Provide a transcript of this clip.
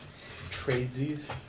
Tradesies